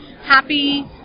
happy